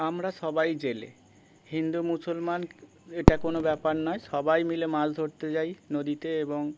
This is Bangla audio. আমরা সবাই জেলে হিন্দু মুসলমান এটা কোনো ব্যাপার নয় সবাই মিলে মাছ ধরতে যাই নদীতে এবং